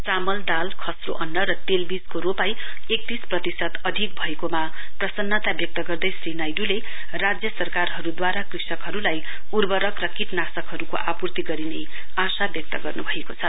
चामल दाल खस्रो अन्न र तेलवीजको रोपाई एकतीस प्रतिशत अधिक भएकोमा प्रसन्नता व्यक्त गर्दै श्री नाइड्रले राज्य सरकारद्वारा कृषकहरुलाई उर्वरक र कीटनाशकहरुको आपूर्ति गरिने आशा व्यक्त गर्नुभएको छ